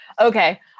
Okay